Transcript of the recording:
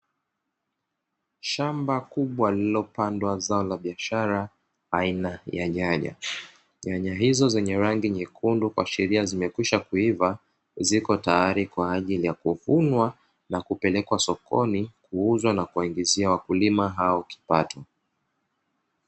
Shamba kubwa lililopandwa zao la kibiashara aina ya nyanya, nyanay hizo zenye rangi nyekundu kuashiria zimekwisha kuiva, ziko tayari kwa ajili ya kuvunwa na kupelekwa sokoni kuuzwa na kuwaingizia wakulima hao kipato.